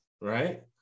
right